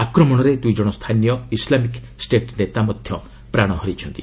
ଆକ୍ରମଣରେ ଦ୍ରଇଜଣ ସ୍ଥାନୀୟ ଇସ୍ଲାମିକ୍ ଷ୍ଟେଟ୍ ନେତା ମଧ୍ୟ ପ୍ରାଣ ହରାଇଛନ୍ତି